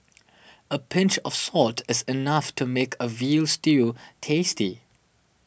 a pinch of salt is enough to make a Veal Stew tasty